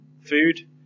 food